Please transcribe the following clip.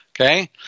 okay